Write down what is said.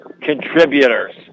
contributors